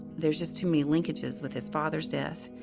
there's just too many linkages with his father's death.